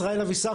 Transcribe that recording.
ישראל אבישר,